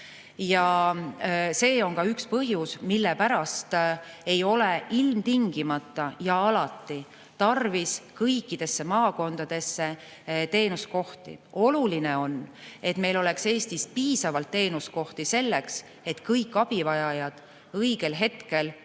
See on ka üks põhjus, millepärast ei ole ilmtingimata tarvis kõikidesse maakondadesse teenusekohti. Oluline on, et meil oleks Eestis piisavalt teenusekohti selleks, et kõik abivajajad õigel hetkel